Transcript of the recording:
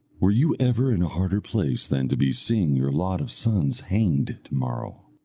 were you ever in a harder place than to be seeing your lot of sons hanged to-morrow?